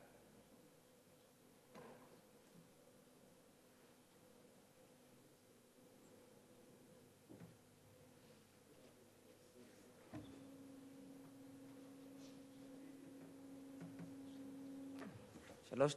שלוש דקות.